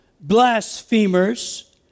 blasphemers